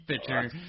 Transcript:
pitcher